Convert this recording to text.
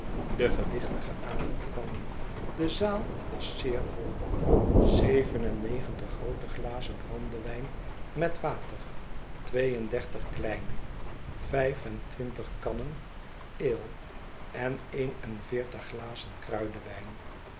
de gewichtige avond kwam de zaal was zeer vol zeven en negentig groote glazcn brandewijn met water twee en dertig kleine vijf en twintig kannen ale en een en veertig glazen kruidenwijn